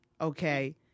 Okay